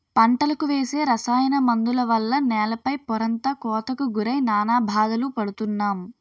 పంటలకు వేసే రసాయన మందుల వల్ల నేల పై పొరంతా కోతకు గురై నానా బాధలు పడుతున్నాం